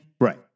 Right